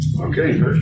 Okay